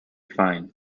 fine